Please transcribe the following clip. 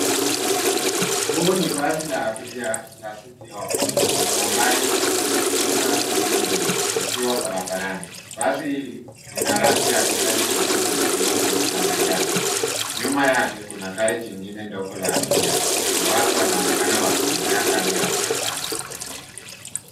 Huu ni basi la abiria la Citi Hoppa lenye nambari 922 likiwa barabarani. Basi hili lina rangi ya kijani kibichi nyeupe na manjano. Nyuma yake kuna gari jingine ndogo la abiria na watu wanaonekana wakitembea kando ya barabara.